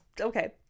Okay